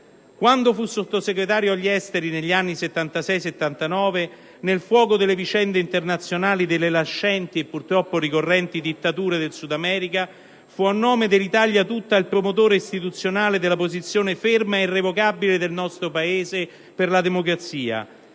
Quando fu Sottosegretario agli esteri negli anni 1976-1979 egli, nel fuoco delle vicende internazionali delle nascenti (e purtroppo ricorrenti) dittature del Sudamerica, fu, a nome dell'Italia tutta, il promotore istituzionale della posizione ferma e irrevocabile del nostro Paese per la democrazia.